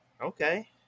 okay